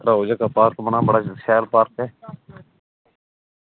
चलो बना बड़ा शैल पार्क ऐ